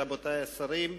רבותי השרים,